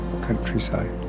countryside